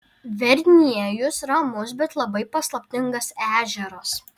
verniejus ramus bet labai paslaptingas ežeras